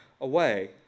away